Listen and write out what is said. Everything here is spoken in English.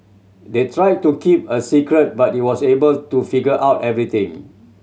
they tried to keep it a secret but he was able to figure out everything